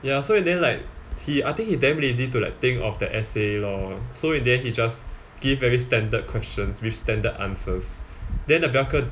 ya so in the end like he I think he damn lazy to like think of the essay lor so in the end he just give very standard questions with very standard answers then the bell curve